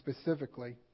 specifically